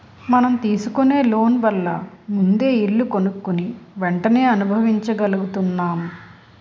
మనం తీసుకునే లోన్ వల్ల ముందే ఇల్లు కొనుక్కుని వెంటనే అనుభవించగలుగుతున్నాం